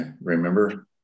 remember